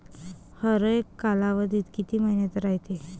हरेक कालावधी किती मइन्याचा रायते?